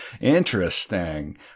interesting